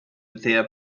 their